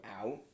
out